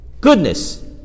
goodness